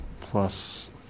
plus